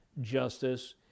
justice